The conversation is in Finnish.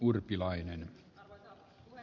arvoisa puhemies